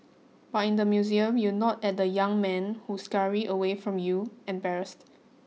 but in the museum you nod at the young men who scurry away from you embarrassed